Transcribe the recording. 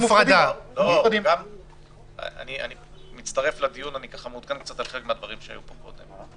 אני מצטרף לדיון ומעודכן קצת אחרת מהדברים שהיו פה קודם.